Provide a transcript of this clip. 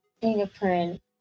fingerprint